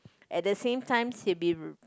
at the same time he'll be